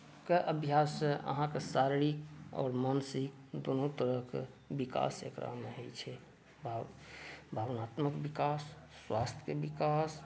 कऽ अभ्याससँ अहाँके शारीरिक आओर मानसिक दुनू तरहके विकास एकरामे होइत छै भावनात्मक विकास स्वास्थ्यके विकास